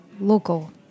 local